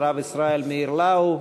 הרב ישראל מאיר לאו,